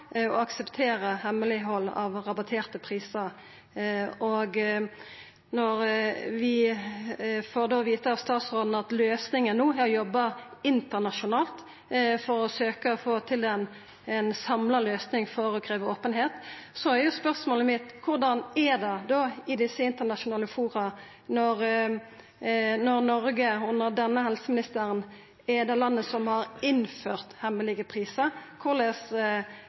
hemmeleghald av rabatterte prisar. Når vi får vita av statsråden at løysinga no er å jobba internasjonalt for å søkja å få til ei samla løysing for å krevja openheit, så er spørsmålet mitt: Korleis er det i desse internasjonale foruma når Noreg, under denne helseministeren, er det landet som har innført hemmelege prisar – korleis